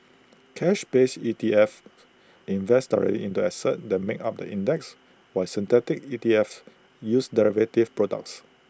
cash based E T F invest directly in the assets that make up the index while synthetic ETFs use derivative products